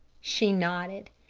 she nodded.